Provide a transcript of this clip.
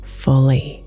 fully